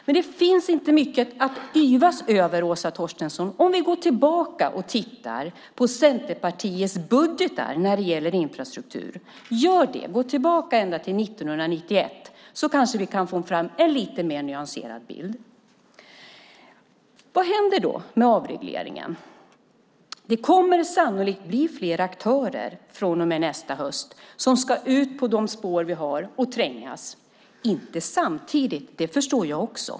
Men det finns inte mycket att yvas över, Åsa Torstensson. Om vi går tillbaka ända till 1991 och tittar på Centerpartiets budgetar när det gäller infrastruktur kanske vi kan få fram en lite mer nyanserad bild. Vad händer då med avregleringen? Det kommer sannolikt att bli fler aktörer från och med nästa höst som ska ut och trängas på de spår som vi har. De ska inte ut samtidigt. Det förstår jag också.